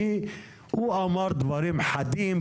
כי הוא אמר דברים חדים,